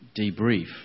debrief